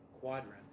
quadrant